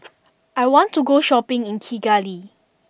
I want to go shopping in Kigali